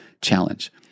challenge